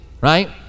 right